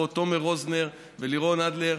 פה: תומר רוזנר ולירון אדלר,